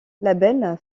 label